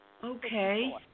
Okay